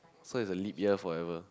so is a leap year forever